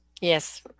yes